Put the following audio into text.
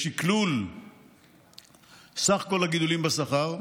בשקלול סך הגידולים בשכר,